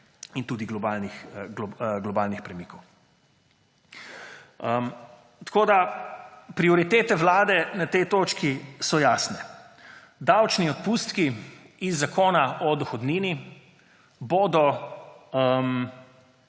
in globalnih premikov. Tako da prioritete vlade so na tej točki jasne. Davčni odpustki iz Zakona o dohodnini bodo